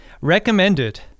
Recommended